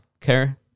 care